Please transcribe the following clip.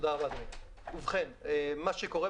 הידוע על טיסת אייר-פרנס מברזיל שהתרסקה